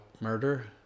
murder